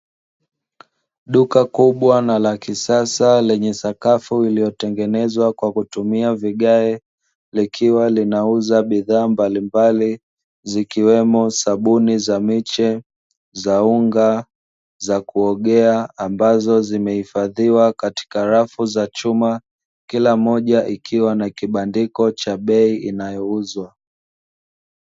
Duka kubwa na la kisasa lenye sakafu iliyotengenezwa kwa kutumia vigae, likiwa linauza bidhaa mbalimbali zikiwemo sabuni za miche, za unga, za kuogea, ambazo zimehifadhiwa katika rafu za chuma, kila moja ikiwa na kibandiko cha bei inayouzwa.